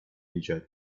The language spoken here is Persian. ایجاد